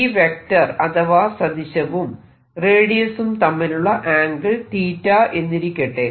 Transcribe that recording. ഈ വെക്ടർ അഥവാ സദിശവും റേഡിയസും തമ്മിലുള്ള ആംഗിൾ θ എന്നിരിക്കട്ടെ